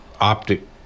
optic